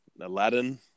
Aladdin